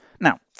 Now